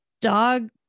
dog